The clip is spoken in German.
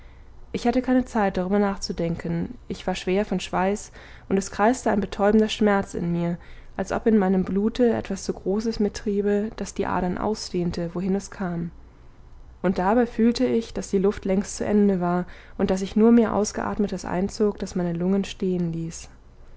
ich hatte keine zeit darüber nachzudenken ich war schwer von schweiß und es kreiste ein betäubender schmerz in mir als ob in meinem blute etwas zu großes mittriebe das die adern ausdehnte wohin es kam und dabei fühlte ich daß die luft längst zu ende war und daß ich nur mehr ausgeatmetes einzog das meine lungen stehen